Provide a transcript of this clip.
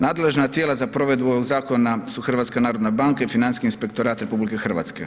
Nadležna tijela za provedbu ovog zakona su HNB i Financijski inspektorat RH.